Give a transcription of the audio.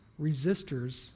resistors